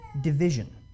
division